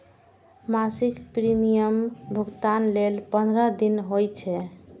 मासिक प्रीमियम भुगतान लेल पंद्रह दिन होइ छै